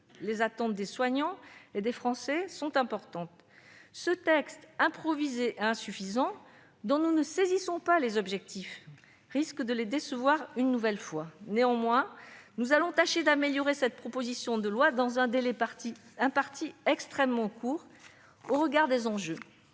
Les attentes des soignants et des Français sont importantes. Ce texte improvisé et insuffisant, dont nous ne saisissons pas les objectifs, risque de les décevoir une nouvelle fois. Néanmoins, nous allons tâcher d'améliorer cette proposition de loi dans un délai extrêmement court au regard des enjeux.